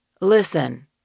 Listen